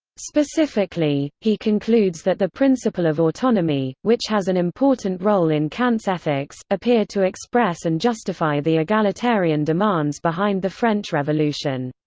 specifically, he concludes that the principle of autonomy, which has an important role in kant's ethics, appeared to express and justify the egalitarian demands behind the french revolution.